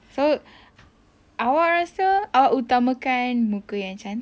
so awak rasa awak utamakan muka yang cantik